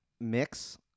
mix